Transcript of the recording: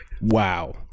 wow